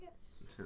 Yes